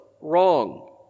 wrong